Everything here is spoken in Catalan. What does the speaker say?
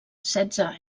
setze